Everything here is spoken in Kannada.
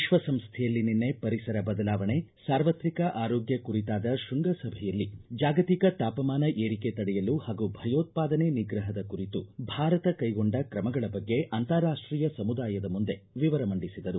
ವಿಶ್ವ ಸಂಸ್ವೆಯಲ್ಲಿ ನಿನ್ನೆ ಪರಿಸರ ಬದಲಾವಣೆ ಸಾರ್ವತ್ರಿಕ ಆರೋಗ್ಯ ಕುರಿತಾದ ಶ್ವಂಗಸಭೆಯಲ್ಲಿ ಜಾಗತಿಕ ತಾಪಮಾನ ಏರಿಕೆ ತಡೆಯಲು ಹಾಗೂ ಭಯೋತ್ಪಾದನೆ ನಿಗ್ರಹದ ಕುರಿತು ಭಾರತ ಕೈಗೊಂಡ ಕ್ರಮಗಳ ಬಗ್ಗೆ ಅಂತಾರಾಷ್ಟೀಯ ಸಮುದಾಯದ ಮುಂದೆ ವಿವರ ಮಂಡಿಸಿದರು